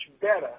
better